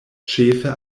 ĉefe